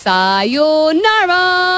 Sayonara